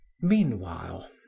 meanwhile